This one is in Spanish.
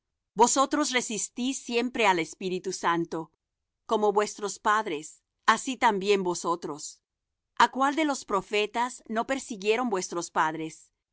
vosotros resistís siempre al espíritu santo como vuestros padres así también vosotros a cuál de los profetas no persiguieron vuestros padres